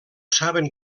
saben